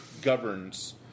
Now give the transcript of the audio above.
governs